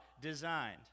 designed